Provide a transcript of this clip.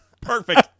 Perfect